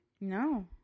No